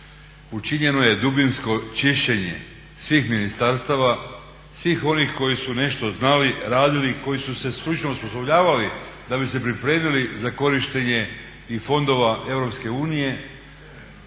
učinjeno je dubinsko čišćenje svih ministarstava, svih onih koji su nešto znali, radili i koji su se stručno osposobljavali da bi se pripremili za korištenje i fondova